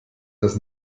das